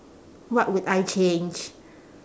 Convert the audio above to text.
what would I change